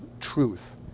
truth